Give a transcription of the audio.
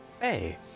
Hey